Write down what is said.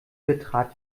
betrat